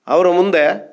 ಅವ್ರ ಮುಂದೆ